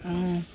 आं